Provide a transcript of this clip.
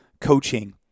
coaching